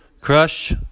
Crush